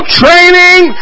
training